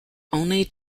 only